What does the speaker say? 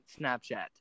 Snapchat